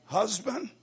husband